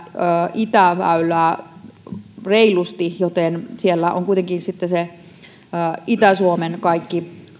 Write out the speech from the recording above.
itäväylää reilusti joten siellä ovat kuitenkin sitten ne itä suomen kaikki